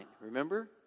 remember